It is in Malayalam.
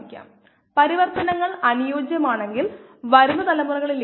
1 ശതമാനമായി കുറയ്ക്കുന്നതിന് ആവശ്യമായ സമയം 2